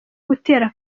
gutera